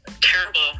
terrible